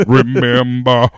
remember